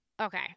okay